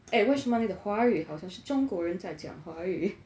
eh 为什么你的华语好像是中国人在讲华语